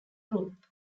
group